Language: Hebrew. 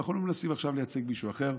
ואנחנו לא מנסים עכשיו לייצג מישהו אחר.